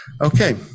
Okay